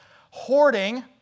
hoarding